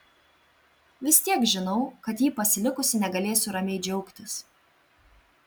vis tiek žinau kad jį pasilikusi negalėsiu ramiai džiaugtis